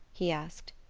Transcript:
he asked.